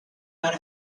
out